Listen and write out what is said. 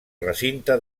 recinte